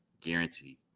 guaranteed